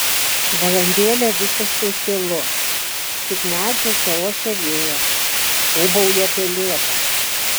valandėlę visiškai tylu tik medžiuose ošia vėjas ūbauja pelėda